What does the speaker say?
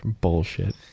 bullshit